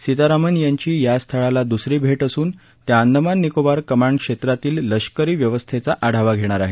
सीतारामन यांची या स्थळाला दुसरी भेट असून त्या अंदमान निकोबार कमांड क्षेत्रातील लष्करी व्यवस्थेचा आढावा घेणार आहेत